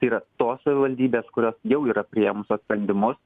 tai yra tos savivaldybės kurios jau yra priėmusios sprendimus